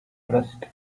trust